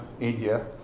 India